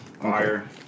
Fire